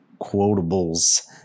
Quotables